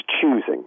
choosing